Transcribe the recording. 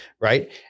Right